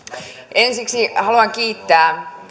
ensiksi haluan kiittää